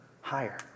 higher